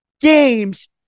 games